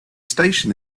station